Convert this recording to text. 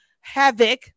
havoc